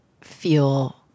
feel